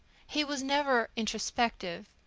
he was never introspective.